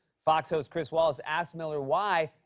fox host chris wallace asked miller why,